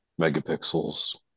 megapixels